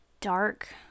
dark